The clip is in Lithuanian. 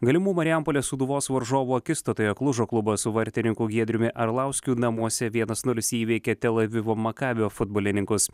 galimų marijampolės sūduvos varžovų akistatoje klužo klubas su vartininku giedriumi arlauskiu namuose vienas nulis įveikė tel avivo makabio futbolininkus